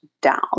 down